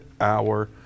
hour